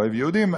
אוהב יהודים,